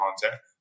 content